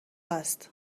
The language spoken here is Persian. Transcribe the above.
هست